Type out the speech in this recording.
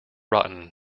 rotten